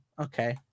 Okay